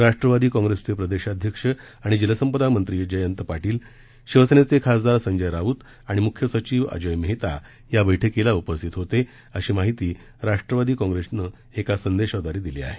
राष्ट्रवादी काँग्रेसचे प्रदेशाध्यक्ष आणि जलसंपदा मंत्री जयंत पाटील शिवसेनेचे खासदार संजय राऊत आणि म्ख्य सचिव अजोय मेहता या बछकीला उपस्थित होते अशी माहिती राष्ट्रवादी काँग्रेस पक्षानं एका संदेशाद्वारे दिली आहे